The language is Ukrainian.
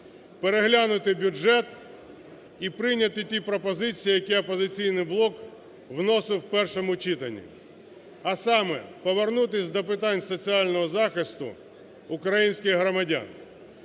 переглянути бюджет і прийняти ті пропозицій, які "Опозиційний блок" вносив у першому читанні, а саме повернутись до питання соціального захисту українських громадян.